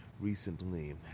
recently